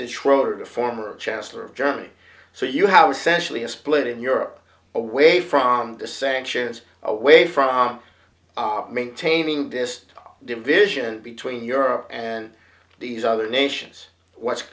schroeder the former chancellor of germany so you have a century a split in europe away from the sanctions away from our maintaining this division between europe and these other nations what